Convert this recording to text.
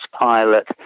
pilot